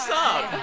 so oh,